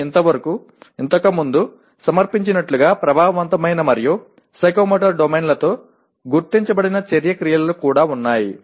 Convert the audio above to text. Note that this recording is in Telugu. మేము ఇంతకుముందు సమర్పించినట్లుగా ప్రభావవంతమైన మరియు సైకోమోటర్ డొమైన్లతో గుర్తించబడిన చర్య క్రియలు కూడా ఉన్నాయి